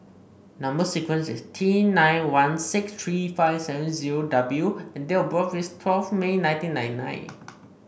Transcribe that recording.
number sequence is T nine one six tree five seven zero W and date of birth is twelve May nineteen ninety nine